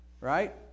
right